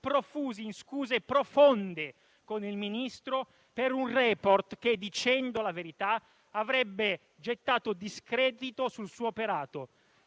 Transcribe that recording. profusi in scuse profonde con il Ministro per un *report* che, dicendo la verità, avrebbe gettato discredito sul suo operato.